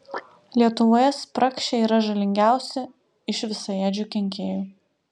lietuvoje spragšiai yra žalingiausi iš visaėdžių kenkėjų